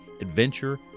adventure